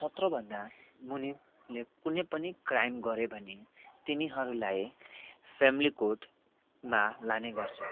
सत्रभन्दा मुनिले कुनै पनि क्राइम गऱ्यो भनी तिनीहरूलाई फ्यामिली कोर्टमा लाने गर्छ